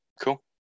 Cool